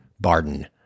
Barden